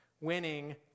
winning